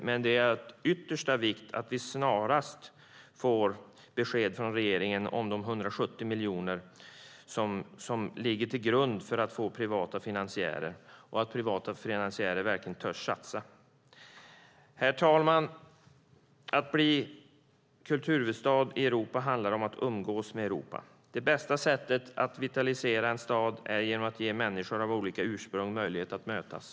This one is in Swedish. Men det är av yttersta vikt att vi snarast får besked från regeringen om de 170 miljoner som ligger till grund för att få privata finansiärer att våga satsa. Herr talman! Att vara kulturhuvudstad i Europa handlar om att umgås med Europa. Det bästa sättet att vitalisera en stad är att ge människor med olika ursprung möjlighet att mötas.